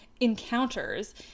encounters